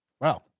wow